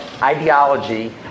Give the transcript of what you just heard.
ideology